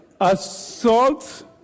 Assault